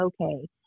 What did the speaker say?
okay